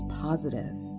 positive